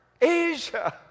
Asia